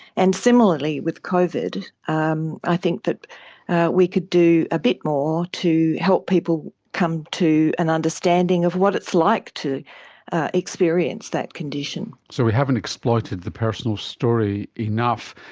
and similarly with covid um i think that we could do a bit more to help people come to an understanding of what it's like to experience that condition. so we haven't exploited the personal story enough.